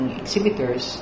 exhibitors